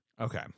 Okay